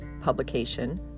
publication